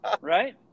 Right